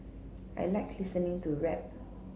I like listening to rap